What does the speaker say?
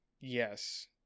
Yes